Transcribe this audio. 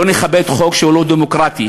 לא נכבד חוק שהוא לא דמוקרטי,